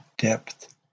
depth